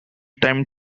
time